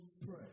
pray